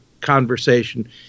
conversation